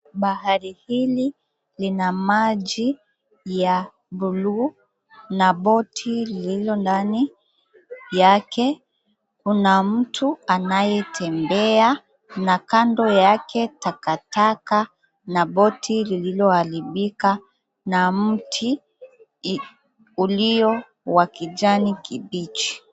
Bahari hili lina maji ya buluu na boti lililo ndani yake kuna mtu anayetembea na kando yake takataka na boti lililoharibika na mti ulio wa kijani kibichi.